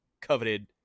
coveted